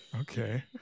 Okay